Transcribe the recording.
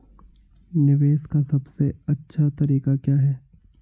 निवेश का सबसे अच्छा तरीका क्या है?